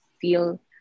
feel